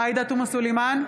עאידה תומא סלימאן,